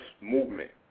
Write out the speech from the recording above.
movement